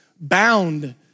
bound